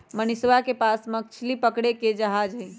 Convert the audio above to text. मनीषवा के पास मछली पकड़े के जहाज हई